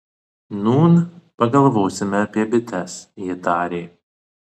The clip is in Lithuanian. nūn pagalvosime apie bites ji tarė